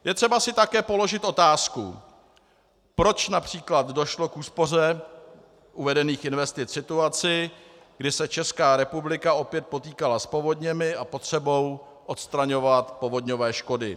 Je třeba si také položit otázku, proč například došlo k úspoře uvedených investic v situaci, kdy se Česká republika opět potýkala s povodněmi a potřebou odstraňovat povodňové škody.